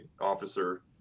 officer